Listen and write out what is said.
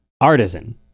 artisan